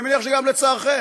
אני מניח שגם לצערכם.